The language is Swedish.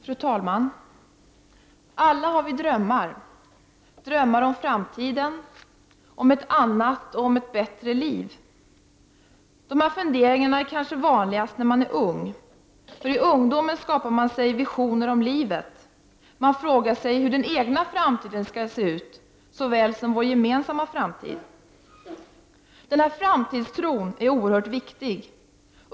Fru talman! Alla har vi drömmar. Vi drömmer om framtiden, om ett annat, bättre liv. Dessa funderingar är kanske vanligast när man är ung. I ungdomen skapar man sig visioner om livet. Man frågar sig hur den egna framtiden skall se ut såväl som vår gemensamma framtid. Denna framtidstro är oerhört viktig.